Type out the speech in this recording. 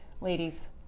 Ladies